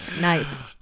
Nice